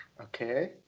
okay